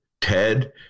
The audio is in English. Ted